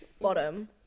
Bottom